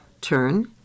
turn